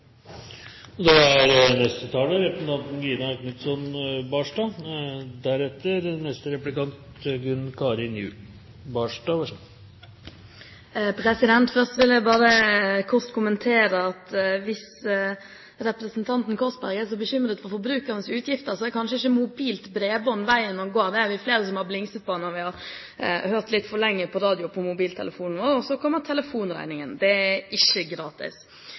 Først vil jeg bare kort kommentere at hvis representanten Korsberg er så bekymret for forbrukernes utgifter, er kanskje ikke mobilt bredbånd veien å gå. Det er vi flere som har blingset på når vi har hørt litt for lenge på radio på mobiltelefonen og så får telefonregningen. Det er ikke gratis.